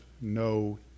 no